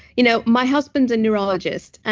you know, my husband's a neurologist,